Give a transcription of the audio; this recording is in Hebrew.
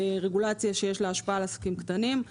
רגולציה של לה השפעה על עסקים קטנים.